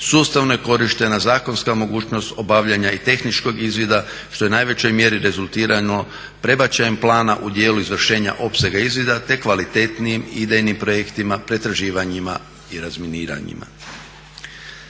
sustavno je korištena zakonska mogućnost obavljanja i tehničkog izvida što je u najvećoj mjeri rezultirano prebačajem plana u dijelu izvršenja opsega izvida te kvalitetnijim idejnim projektima pretraživanjima i razminiranjima.